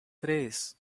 três